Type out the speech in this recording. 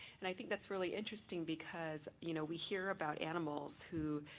and i think that's really interesting because, you know we hear about animals who